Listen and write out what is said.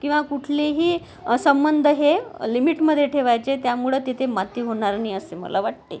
किंवा कुठलेही संबंध हे लिमिटमध्ये ठेवायचे त्यामुळं तिथे माती होणार नाही असे मला वाटते